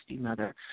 mother